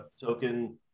token